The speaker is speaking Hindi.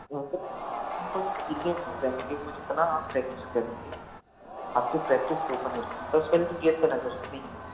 क्लियर हो जाएँगे वह जितना आप प्रक्टिस करेंगे आपके प्रक्टिस के ऊपर निर्भर है सबसे पहले तो गेंद पर नज़र रखनी है